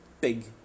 big